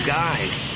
guys